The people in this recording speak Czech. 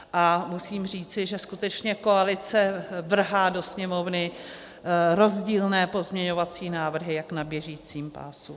A musím říci, že skutečně koalice vrhá do Sněmovny rozdílné pozměňovací návrhy jak na běžícím pásu.